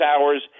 hours